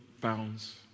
bounds